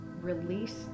release